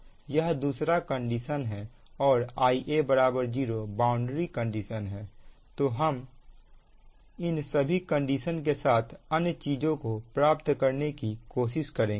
यह दूसरा कंडीशन है और Ia 0बाउंड्री कंडीशन है तो अब हम इन सभी कंडीशन के साथ अन्य चीजों को प्राप्त करने की कोशिश करेंगे